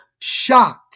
shot